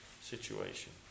situation